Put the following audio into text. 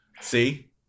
See